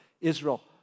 Israel